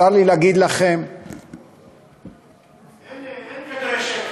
צר לי להגיד לכם, אין כדורי שקר.